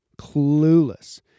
clueless